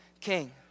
King